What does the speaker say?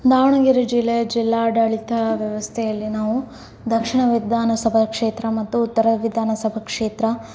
ದಾವಣಗೆರೆ ಜಿಲ್ಲೆಯ ಜಿಲ್ಲಾಡಳಿತ ವ್ಯವಸ್ಥೆಯಲ್ಲಿ ನಾವು ದಕ್ಷಿಣ ವಿಧಾನಸಭಾ ಕ್ಷೇತ್ರ ಮತ್ತು ಉತ್ತರ ವಿಧಾನಸಭಾ ಕ್ಷೇತ್ರ